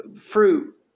fruit